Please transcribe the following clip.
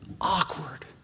Awkward